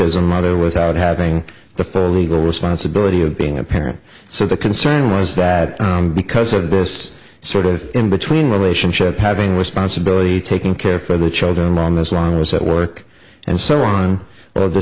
as a mother without having the for legal responsibility of being a parent so the concern was that because of this sort of in between relationship having responsibility taking care for the children on this long was at work and so on